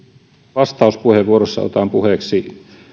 vastauspuheenvuorossani otan puheeksi